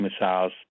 missiles